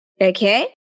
Okay